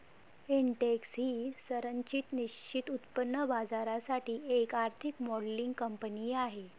Intex ही संरचित निश्चित उत्पन्न बाजारासाठी एक आर्थिक मॉडेलिंग कंपनी आहे